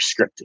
scripting